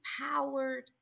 empowered